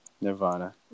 Nirvana